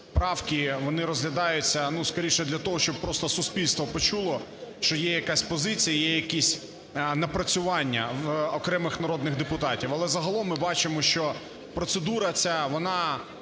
для того, щоб просто суспільство почуло, що є якась позиція і є якісь напрацювання в окремих народних депутатів. Але загалом ми бачимо, що процедура ця, вона